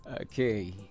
Okay